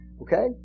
Okay